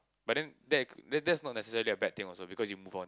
but then that that that's not necessary a bad thing also because you move on